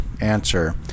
Answer